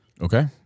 Okay